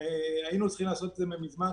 היינו צריכים לעשות את זה מזמן.